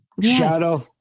shadow